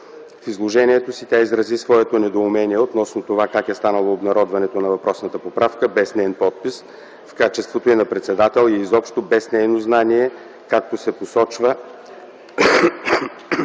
В изложението си тя изрази своето недоумение относно това как е станало обнародването на въпросната поправка без неин подпис в качеството й на председател и изобщо без нейно знание, като се позова